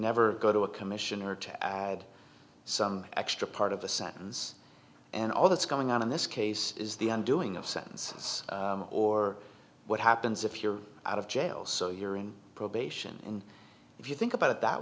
never go to a commissioner to add some extra part of the sentence and all that's going on in this case is the undoing of sentence or what happens if you're out of jail so you're in probation and if you think about it that